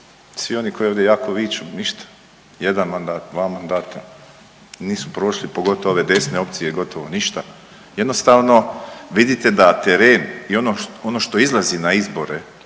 Svi oni koji ovdje jako viču ništa, jedan mandat, dva mandata, nisu prošli pogotovo ove desne opcije gotovo ništa. Jednostavno vidite da teren i ono što izlazi na izbore